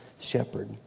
shepherd